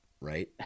Right